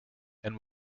and